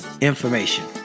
information